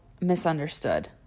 misunderstood